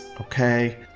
okay